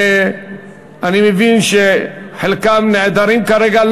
ואני מבין שחלקם נעדרים כרגע,